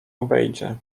obejdzie